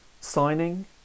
signing